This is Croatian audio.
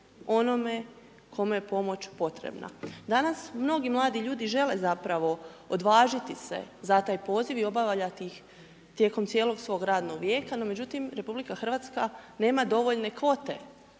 onome kome je pomoć potrebna. Danas mnogi mladi ljudi žele zapravo odvažiti se za taj poziv i obavljati ih tijekom cijelog svog radnog vijeka. No međutim, RH nema dovoljne kvote